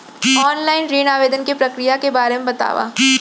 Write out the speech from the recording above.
Online ऋण आवेदन के प्रक्रिया के बारे म बतावव?